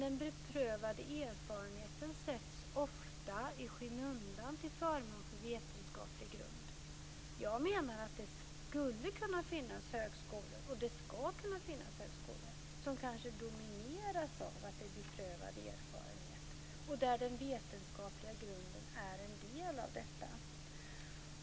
Men beprövad erfarenhet sätts ofta i skymundan till förmån för vetenskaplig grund. Jag menar att det skulle kunna finnas högskolor, det ska kunna finnas högskolor, som kanske domineras av beprövad erfarenhet och där den vetenskapliga grunden är en del av detta.